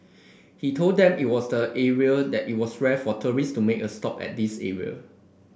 he told them it was the area that it was rare for tourist to make a stop at this area